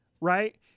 right